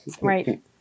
Right